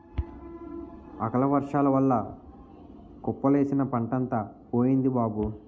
అకాలవర్సాల వల్ల కుప్పలేసిన పంటంతా పోయింది బాబూ